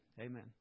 amen